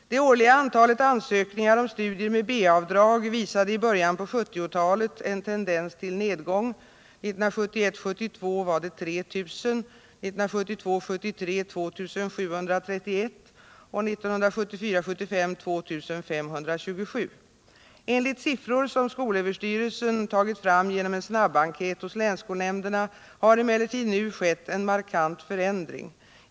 Det årliga antalet ansökningar om studier med B-avdrag visade i början på 1970-talet en tendens till nedgång . Enligt siffror som skolöverstyrelsen tagit fram genom en snabbenkät hos länsskolnämnderna har emellertid nu skett en markant förändring.